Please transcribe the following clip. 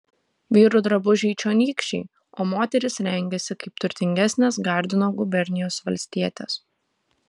vyrų drabužiai čionykščiai o moterys rengiasi kaip turtingesnės gardino gubernijos valstietės